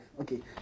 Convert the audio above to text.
Okay